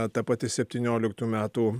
ta pati septynioliktų metų